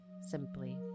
simply